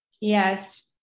Yes